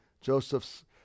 Joseph's